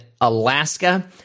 Alaska